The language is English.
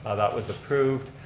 ah that was approved,